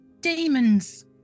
demons